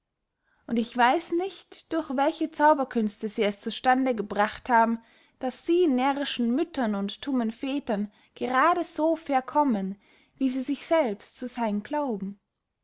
und ich weiß nicht durch welche zauberkünste sie es zu stande gebracht haben daß sie närrischen müttern und tummen vätern gerade so verkommen wie sie sich selbst zu seyn glauben